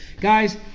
guys